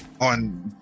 on